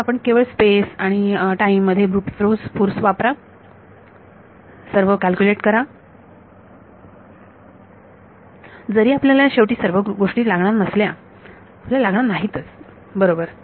म्हणून आपण केवळ स्पेस आणि टाईम मध्ये ब्रूट फोर्स वापरा सर्व कॅल्क्युलेट करा जरी आपल्याला शेवटी सर्व गोष्टी लागणार नसल्या आपल्याला लागणार नाहीत बरोबर